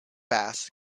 bass